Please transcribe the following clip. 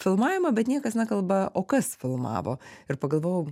filmavimą bet niekas nekalba o kas filmavo ir pagalvojau